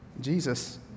Jesus